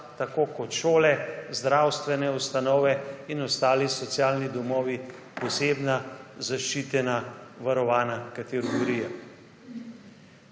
tako kot šole, zdravstvene ustanove in ostali socialni domovi, posebna zaščitena varovana kategorija.